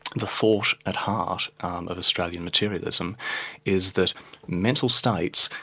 the force at heart um of australian materialism is that mental states,